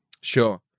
Sure